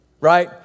right